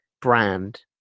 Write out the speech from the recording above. brand